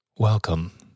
Welcome